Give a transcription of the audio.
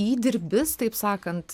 įdirbis taip sakant